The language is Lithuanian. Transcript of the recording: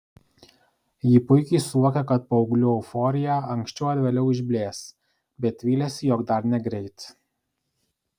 ji puikiai suvokė kad paauglių euforija anksčiau ar vėliau išblės bet vylėsi jog dar negreit